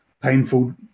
painful